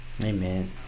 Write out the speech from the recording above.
Amen